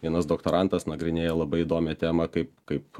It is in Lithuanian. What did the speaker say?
vienas doktorantas nagrinėja labai įdomią temą kaip kaip